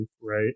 right